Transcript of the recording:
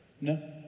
No